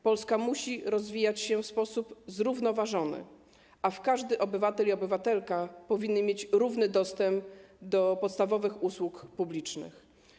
Polska musi rozwijać się w sposób zrównoważony, a każdy obywatel i każda obywatelka powinni mieć równy dostęp do podstawowych usług publicznych.